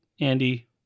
andy